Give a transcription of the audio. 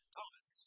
Thomas